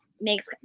makes